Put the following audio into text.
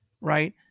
right